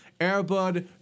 Airbud